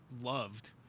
loved